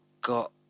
got